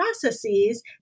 processes